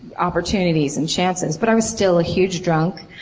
opportunitities and chances. but i was still a huge drunk.